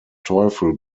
teufel